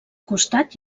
costat